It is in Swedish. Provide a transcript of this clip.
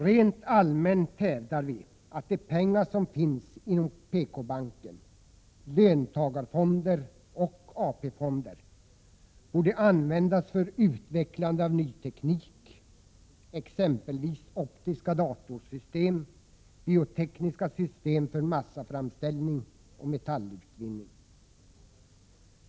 Rent allmänt hävdar vi att de pengar som finns inom PKbanken, löntagarfonderna och AP-fonderna borde användas för utvecklande av ny teknik, exempelvis optiska datorsystem, biotekniska system för massaframställning och metallutvinning.